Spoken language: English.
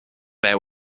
there